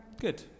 Good